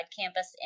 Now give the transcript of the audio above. campus